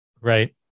Right